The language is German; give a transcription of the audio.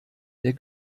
der